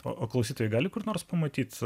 o klausytojai gali kur nors pamatyti